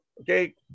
Okay